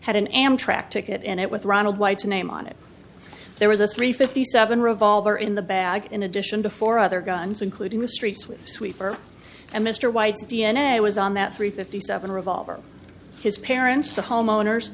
had an amtrak ticket and it with ronald white's name on it there was a three fifty seven revolver in the bag in addition to four other guns including the streets with sweeper and mr white d n a was on that three fifty seven revolver his parents the homeowners